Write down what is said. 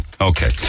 Okay